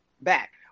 back